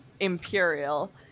imperial